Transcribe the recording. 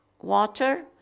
water